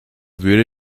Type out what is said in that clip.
würde